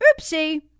oopsie